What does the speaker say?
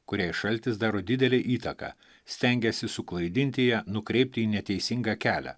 kuriai šaltis daro didelę įtaką stengiasi suklaidinti ją nukreipti į neteisingą kelią